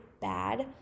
bad